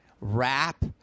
rap